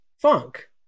funk